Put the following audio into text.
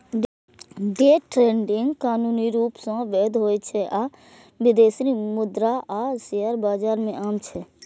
day trading कानूनी रूप सं वैध होइ छै आ विदेशी मुद्रा आ शेयर बाजार मे आम छै